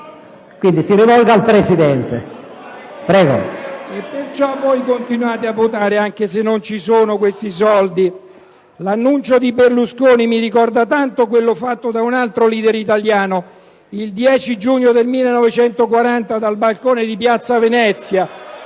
indirettamente li stimola. PEDICA *(IdV)*. Voi continuate a votare anche se non ci sono i soldi. L'annuncio di Berlusconi mi ricorda tanto quello fatto da un altro *leader* italiano il 10 giugno del 1940 dal balcone di Piazza Venezia,